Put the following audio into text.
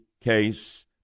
case